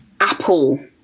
Apple